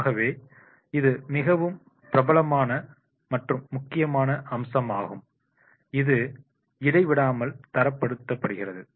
ஆகவே இது மிகவும் பிரபலமான மற்றும் முக்கியமான அம்சமாகும் இது இடைவிடாமல் தரப்படுத்தப்படுகிறது